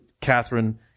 Catherine